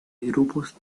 grupos